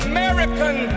American